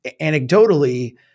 anecdotally